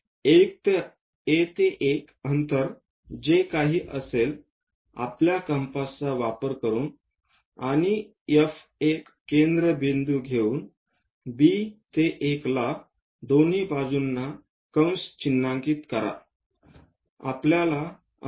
A ते 1 अंतर जे काही असेल आपल्या कंपासचा वापर करून आणि F1 केंद्रबिंदू घेऊन B ते 1 ला दोन्ही बाजूंना कंस चिन्हांकित करा